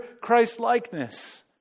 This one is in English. Christ-likeness